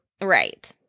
right